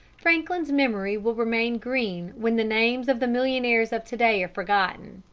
franklin's memory will remain green when the names of the millionaires of to-day are forgotten.